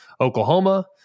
oklahoma